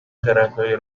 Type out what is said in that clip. خردهای